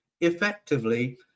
effectively